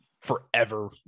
forever